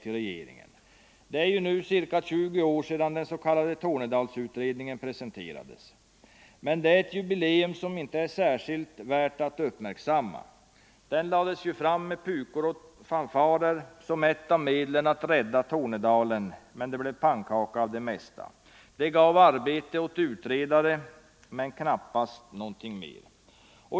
Det är 20 år sedan den s.k. Tornedalsutredningen presenterades. Men det är ett jubileum som inte är särskilt värt att uppmärksamma. Utredningen lades fram med pukor och fanfarer som ett av medlen att rädda Tornedalen, men det blev pannkaka av det mesta. Den gav arbete åt utredare men knappast någonting mer.